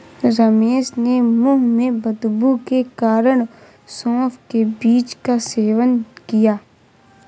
रमेश ने मुंह में बदबू के कारण सौफ के बीज का सेवन किया